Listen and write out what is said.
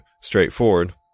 straightforward